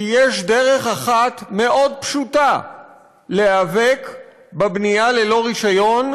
כי יש דרך אחת מאוד פשוטה להיאבק בבנייה ללא רישיון,